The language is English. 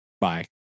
Bye